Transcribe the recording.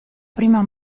prima